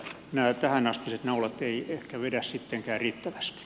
nämä tähänastiset naulat eivät ehkä vedä sittenkään riittävästi